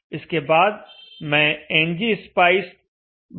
इसके बाद मैं ngspice buckboostcir करूंगा